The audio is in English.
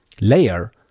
layer